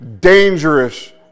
dangerous